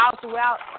throughout